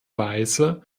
weise